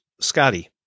Scotty